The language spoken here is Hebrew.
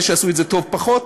אלה שעשו את זה טוב פחות.